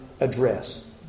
address